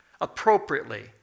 appropriately